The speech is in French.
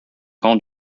camp